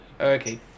Okay